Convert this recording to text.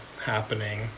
happening